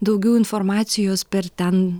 daugiau informacijos per ten